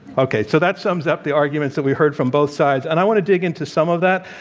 okay, so that sums up the arguments that we heard from both sides, and i want to dig into some of that,